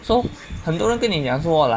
so 很多人跟你讲说